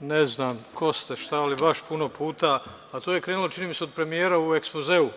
ne znam ko ste, šta li, baš puno puta, a to je krenulo čini mi se od premijera u ekspozeu.